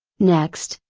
next,